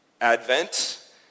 Advent